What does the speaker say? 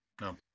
no